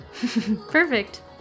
Perfect